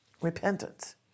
repentance